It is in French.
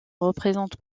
représente